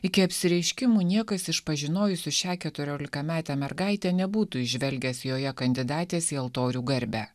iki apsireiškimo niekas iš pažinojusių šią keturiolikametę mergaitę nebūtų įžvelgęs joje kandidatės į altorių garbę